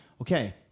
Okay